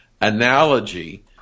analogy